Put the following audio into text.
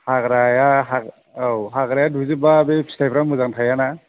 हाग्राया औ हाग्राया दुजोबबा बे फिथाइफ्रा मोजां थायाना